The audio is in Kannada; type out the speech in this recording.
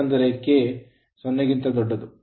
ಏಕೆಂದರೆ K 0ಗಿಂತ ದೊಡ್ಡದು